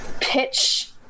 pitch